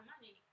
money